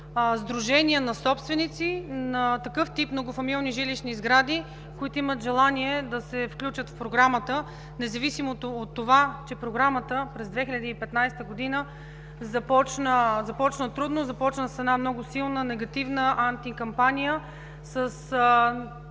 сдружения на собственици на такъв тип многофамилни жилищни сгради, които имат желание да се включат в Програмата, независимо от това че Програмата през 2015 г. започна трудно, започна с една много силна негативна антикампания с опити